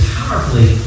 powerfully